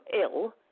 ill